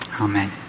Amen